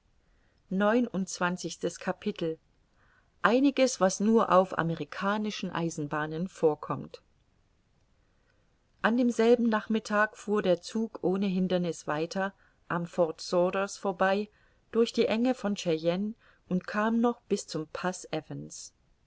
einiges was nur auf amerikanischen eisenbahnen vorkommt an demselben nachmittag fuhr der zug ohne hinderniß weiter am fort sauders vorbei durch die enge von chayenne und kam noch bis zum